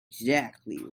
exactly